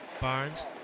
Barnes